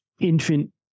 infant